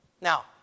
Now